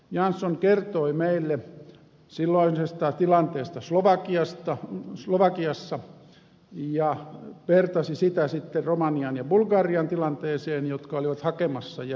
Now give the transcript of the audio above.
jansson kertoi meille silloisesta tilanteesta slovakiassa ja vertasi sitä sitten romanian ja bulgarian tilanteeseen jotka olivat hakemassa jäsenyyttä